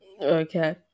Okay